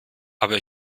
aber